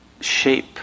shape